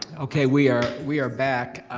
okay we are we are back.